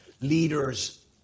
leaders